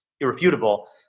irrefutable